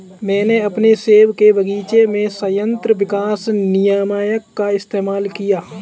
मैंने अपने सेब के बगीचे में संयंत्र विकास नियामक का इस्तेमाल किया है